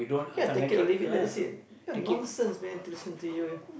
ya take it or leave it then that's it you are nonsense man to listen to you